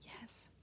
yes